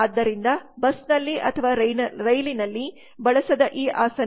ಆದ್ದರಿಂದ ಬಸ್ನಲ್ಲಿ ಅಥವಾ ರೈಲಿನಲ್ಲಿ ಬಳಸದ ಈ ಆಸನಗಳು